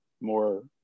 more